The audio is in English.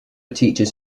teaches